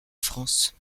france